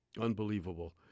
unbelievable